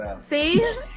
see